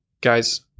Guys